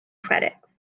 credits